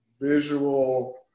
visual